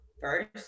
first